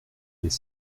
des